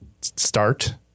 start